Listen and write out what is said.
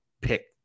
pick